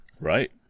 Right